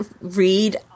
read